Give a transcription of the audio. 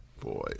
Boy